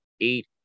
eight